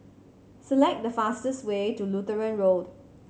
select the fastest way to Lutheran Road